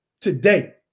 today